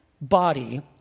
body